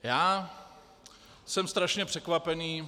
Já jsem strašně překvapený...